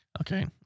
Okay